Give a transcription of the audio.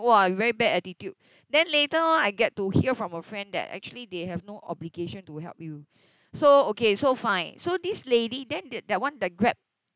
!wah! very bad attitude then later on I get to hear from a friend that actually they have no obligation to help you so okay so fine so this lady then th~ that one the Grab